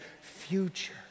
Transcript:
future